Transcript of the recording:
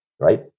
Right